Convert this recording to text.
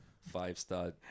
five-star